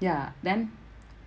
ya then